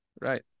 Right